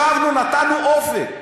ישבנו, נתנו אופק.